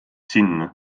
sinna